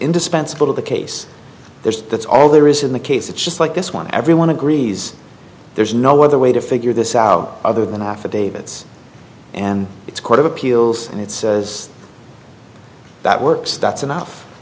indispensable to the case there's that's all there is in the case it's just like this one everyone agrees there's no other way to figure this out other than affidavits and it's court of appeals and it says that works that's enough